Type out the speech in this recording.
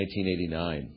1989